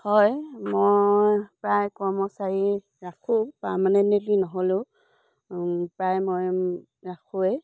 হয় মই প্ৰায় কৰ্মচাৰী ৰাখোঁ পাৰ্মেনেণ্টেলী নহ'লেও প্ৰায় মই ৰাখোৱেই